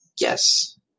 Yes